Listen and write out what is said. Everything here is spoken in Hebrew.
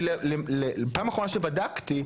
כי פעם אחרונה שבדקתי,